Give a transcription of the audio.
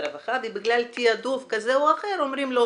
הרווחה ובגלל תעדוף כזה או אחר אומרים לו: